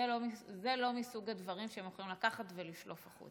זה לא מסוג הדברים שהם יכולים לקחת ולפלוט החוצה.